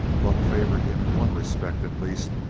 luck favored him in one respect at least.